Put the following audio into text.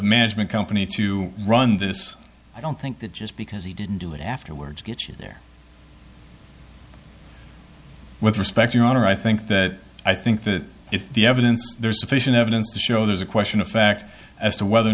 management company to run this i don't think that just because he didn't do it afterwards gets you there with respect your honor i think that i think that if the evidence there's sufficient evidence to show there's a question of fact as to whether or